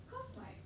cause like